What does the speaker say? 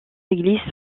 église